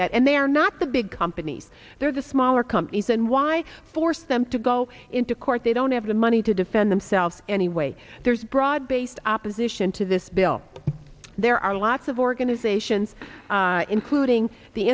that and they are not the big companies they're the smaller companies and why force them to go into court they don't have the money to defend themselves anyway there's broad based opposition to this bill there are lots of organizations including the